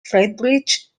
friedrich